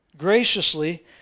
Graciously